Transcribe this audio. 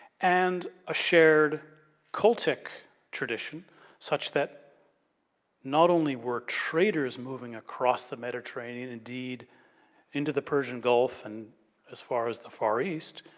and, a shared cultic tradition such that not only were traders moving across the mediterranean, indeed into the persian gulf and as far as the far east.